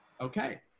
okay